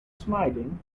smiling